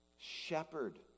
Shepherd